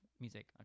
music